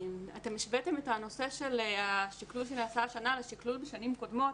השוויתם את השקלול שנעשה השנה לשקלול בשנים קודמות.